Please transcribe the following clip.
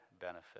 benefit